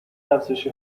افزایش